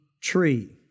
tree